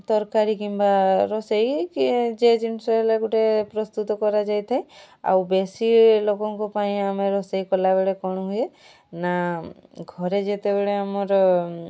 ତରକାରୀ କିମ୍ବା ରୋଷେଇ କି ଯେଉଁ ଜିନିଷ ହେଲେ ଗୋଟେ ପ୍ରସ୍ତୁତ କରାଯାଇଥାଏ ଆଉ ବେଶୀ ଲୋକଙ୍କ ପାଇଁ ଆମେ ରୋଷେଇ କଲାବେଳେ କ'ଣ ହୁଏ ନା ଘରେ ଯେତେବେଳେ ଆମର